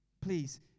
Please